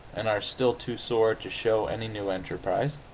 and are still too sore to show any new enterprise,